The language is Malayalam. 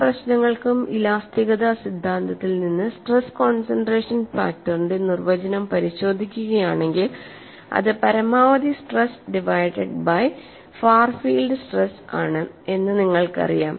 പല പ്രശ്നങ്ങൾക്കും ഇലാസ്തികത സിദ്ധാന്തത്തിൽ നിന്ന് സ്ട്രെസ് കോൺസെൻട്രേഷൻ ഫാക്ടറിന്റെ നിർവചനം പരിശോധിക്കുകയാണെങ്കിൽ അത് പരമാവധി stress divided by far field stress ആണ് എന്ന് നിങ്ങൾക്കറിയാം